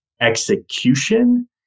execution